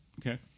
Okay